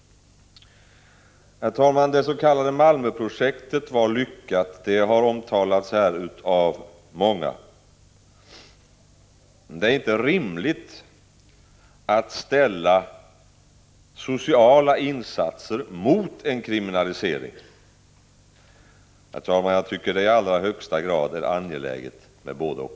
Det s.k. Malmöprojektet var lyckat; det har omtalats av många. Det är inte rimligt att ställa sociala insatser mot en kriminalisering. Herr talman! Jag tycker att det i allra högsta grad är angeläget med både-och.